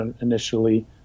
initially